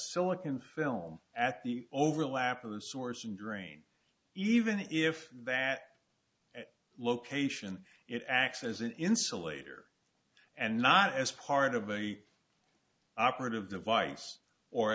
silicon film at the overlap of the source and drain even if that location it acts as an insulator and not as part of a operative device or